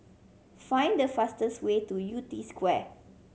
find the fastest way to Yew Tee Square